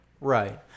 Right